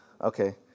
Okay